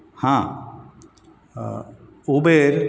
हां उबेर